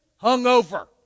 Hungover